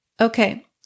Okay